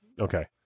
okay